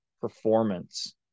performance